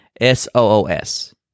S-O-O-S